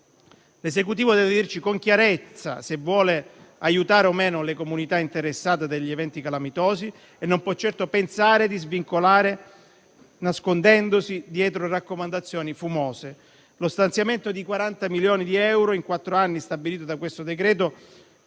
L'Esecutivo deve dirci con chiarezza se vuole aiutare o meno le comunità interessate dagli eventi calamitosi, e non può certo pensare di svicolare nascondendosi dietro raccomandazioni fumose. Lo stanziamento di 40 milioni di euro in quattro anni, stabilito dal decreto-legge